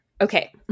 Okay